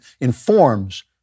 informs